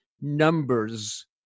numbers